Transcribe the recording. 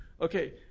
Okay